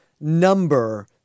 number